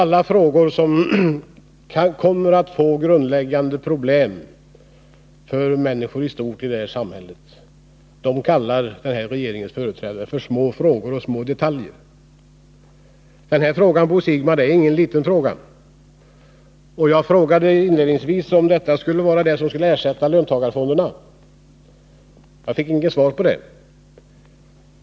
Alla de frågor som kommer att medföra grundläggande problem för människorna i det här samhället kallas av regeringens företrädare för små, och man talar om små detaljer. Men den här frågan, Bo Siegbahn, är ingen liten fråga. Inledningsvis frågade jag om det här var det som skulle ersätta löntagarfonderna. Jag fick inget svar på det.